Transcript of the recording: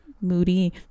Moody